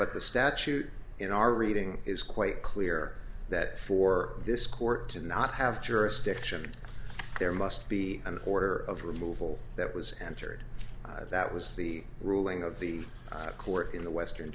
but the statute in our reading is quite clear that for this court to not have jurisdiction there must be an order of removal that was entered that was the ruling of the court in the western